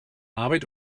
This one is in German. arbeit